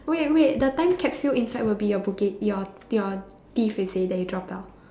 wait wait the time capsule inside would be your bo geh your your teeth is it that you dropped out